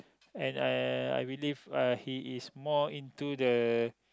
and uh I believe uh he is more into the